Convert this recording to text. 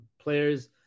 Players